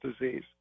disease